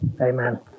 Amen